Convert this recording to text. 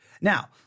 Now